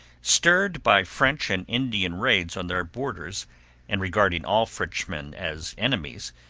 stirred by french and indian raids on their borders and regarding all frenchmen as enemies,